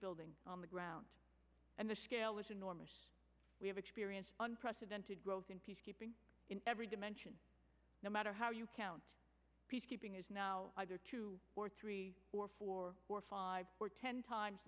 building on the ground and the scale was enormous we have experienced unprecedented growth in peacekeeping in every dimension no matter how you count peacekeeping is now either two or three or four or five or ten times